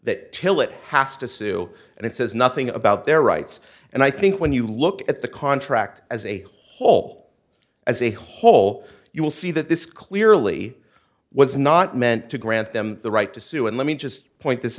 that till it has to sue and it says nothing about their rights and i think when you look at the contract as a whole as a whole you will see that this clearly was not meant to grant them the right to sue and let me just point this